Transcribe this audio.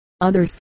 Others